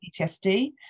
PTSD